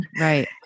Right